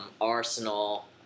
Arsenal